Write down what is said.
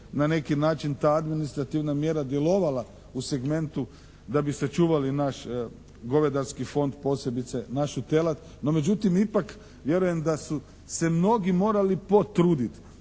na neki način ta administrativna mjera djelovala u segmentu da bi sačuvali naš govedarski fond posebice našu telad. No međutim, ipak vjerujem da su se mnogi morali potrudit